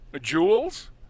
Jewels